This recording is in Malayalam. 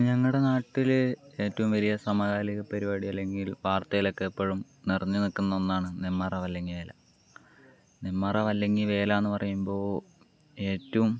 ഞങ്ങളുടെ നാട്ടിൽ ഏറ്റവും വലിയ സമകാലിക പരിപാടി അല്ലെങ്കിൽ വാർത്തയിലൊക്കെ എപ്പോഴും നിറഞ്ഞു നിൽക്കുന്ന ഒന്നാണ് നെന്മാറ വല്ലങ്ങി വേല നെന്മാറ വല്ലങ്ങി വേല എന്ന് പറയുമ്പോൾ ഏറ്റവും